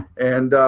and,